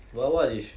well what if